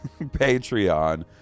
Patreon